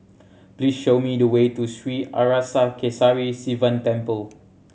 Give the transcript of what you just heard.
please show me the way to Sri Arasakesari Sivan Temple